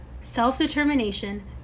self-determination